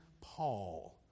Paul